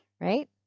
Right